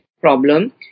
problem